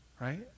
right